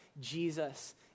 Jesus